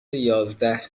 یازده